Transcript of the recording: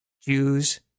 Jews